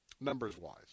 numbers-wise